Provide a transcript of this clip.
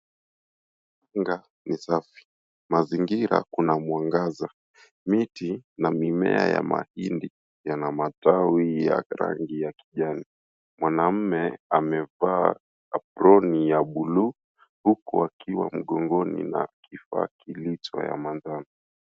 Anga ni safi. mazingira kuna mwangaza. Miti na mimea ya mahindi yana matawi ya rangi ya kijani. Mwanaume amevaa aproni ya buluu huku akiwa mgongoni na kifaa kilicho yamathani